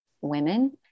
women